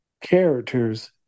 characters